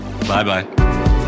Bye-bye